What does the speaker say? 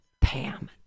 Pam